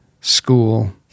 school